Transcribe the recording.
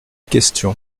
question